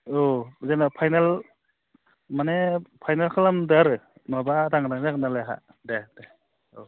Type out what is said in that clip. औ जेनेबा फाइनाल माने फाइनाल खालामदो आरो नङाब्ला आदां गादां जागोन नालाय आंहा दे दे औ